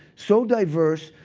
so diverse,